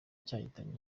cyahitanye